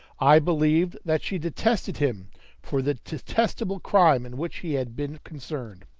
i believed that she detested him for the detestable crime in which he had been concerned.